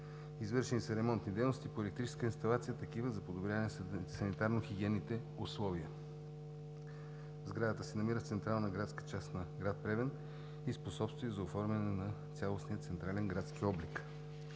Извършени са ремонтни дейности по електрическата инсталация и такива за подобряване на санитарно-хигиенните условия. Сградата се намира в централната градска част на град Плевен и способства за оформяне на цялостния централен градски облик.